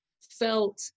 felt